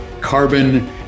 carbon